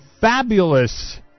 fabulous